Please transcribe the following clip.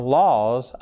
laws